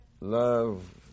Love